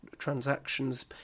transactions